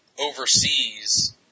overseas